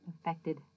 affected